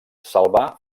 salvà